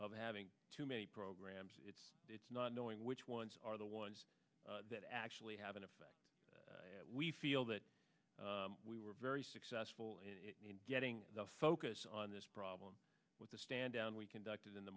of having too many programs it's not knowing which ones are the ones that actually have an effect we feel that we were very successful in getting the focus on this problem with the stand down we conducted in